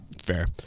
Fair